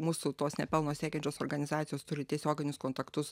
mūsų tos nepelno siekiančios organizacijos turi tiesioginius kontaktus